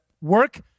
work